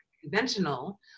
conventional